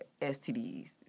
STDs